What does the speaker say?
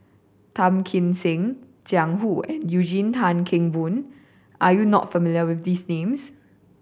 Tan Kim Seng Jiang Hu and Eugene Tan Kheng Boon are you not familiar with these names